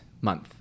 month